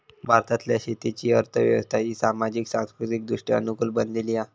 भारतातल्या शेतीची अर्थ व्यवस्था ही सामाजिक, सांस्कृतिकदृष्ट्या अनुकूल बनलेली हा